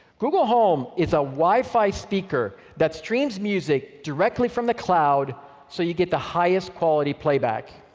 google home is a wi-fi speaker that streams music directly from the cloud so you get the highest quality playback.